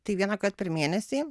tai vienąkart per mėnesį